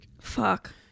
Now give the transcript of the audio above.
Fuck